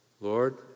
Lord